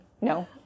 No